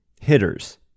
hitters